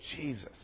Jesus